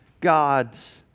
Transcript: God's